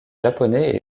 japonais